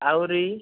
ଆହୁରି